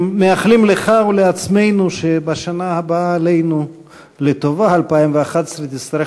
מאחלים לך ולעצמנו שבשנה הבאה עלינו לטובה תצטרך